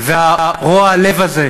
ורוע הלב הזה.